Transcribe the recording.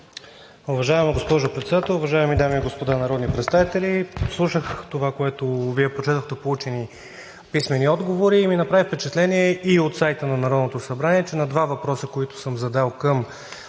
Уважаема госпожо Председател, уважаеми дами и господа народни представители! Слушах това, което Вие прочетохте, получени писмени отговори, и ми направи впечатление и от сайта на Народното събрание, че на два въпроса, които съм задал, към